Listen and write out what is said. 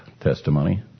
testimony